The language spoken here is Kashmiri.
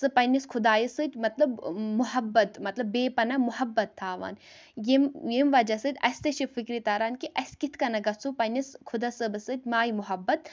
سُہ پَننِس خۄدایَس سۭتۍ مطلب محبت مطلب بیٚیہِ پَناہ مُحبت تھاوان ییٚمہِ ییٚمہِ وجہ سۭتۍ اَسہِ تہِ چھِ فِکرِ تَران کہِ اَسہِ کِتھ کَنَتھ گَژھو پَننِس خُدا صٲبَس سۭتۍ ماے مُحبت